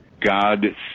God